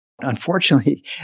Unfortunately